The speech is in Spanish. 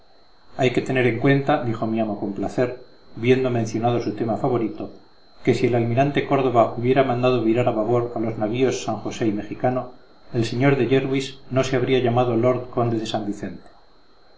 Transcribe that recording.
hay que tener en cuenta dijo mi amo con placer viendo mencionado su tema favorito que si el almirante córdova hubiera mandado virar a babor a los navíos san josé y mejicano el sr de jerwis no se habría llamado lord conde de san vicente